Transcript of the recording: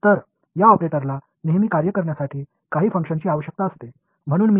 எனவே இந்த ஆபரேட்டருக்கு எப்போதும் செயல்பட சில செயல்பாடு தேவைப்படுகிறது